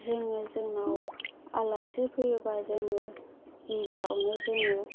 जोंनाव आलासि फैयोबा गिबियावनो जोङो